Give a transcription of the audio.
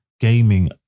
Gaming